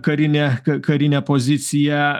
karinė ka karinė pozicija